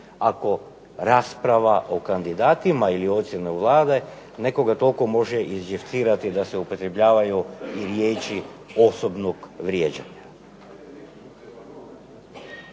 ako rasprava o kandidatima ili ocjena Vlade nekoga toliko može ižifcirati da se upotrebljavaju i riječi osobnog vrijeđanja.